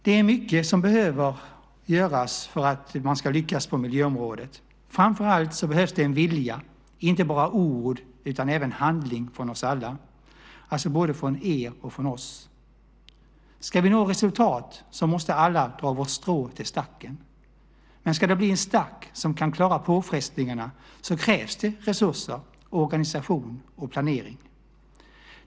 Det är mycket som behöver göras för att man ska lyckas på miljöområdet. Framför allt behövs en vilja, inte bara i ord utan även i handling, från oss alla, alltså både från er och från oss. Ska vi nå resultat måste vi alla dra vårt strå till stacken. Om det ska bli en stack som kan klara påfrestningarna krävs det resurser, organisation och planering.